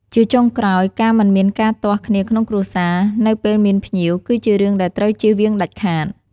ជាចុងក្រោយ ការមិនមានការទាស់គ្នាក្នុងគ្រួសារ នៅពេលមានភ្ញៀវ គឺជារឿងដែលត្រូវចៀសវាងដាច់ខាត។